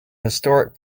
historic